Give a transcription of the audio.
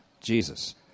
Jesus